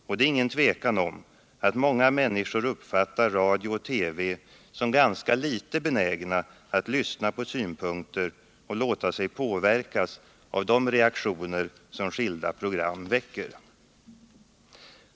Och det är inget tvivel om att många människor uppfattar de för programmen ansvariga inom radio och TV som ganska litet benägna att lyssna på synpunkter och att låta sig påverkas av de reaktioner som skilda program väcker.